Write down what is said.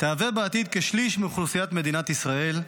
תהווה בעתיד כשליש מאוכלוסיית מדינת ישראל,